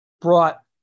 brought